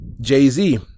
Jay-Z